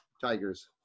Tigers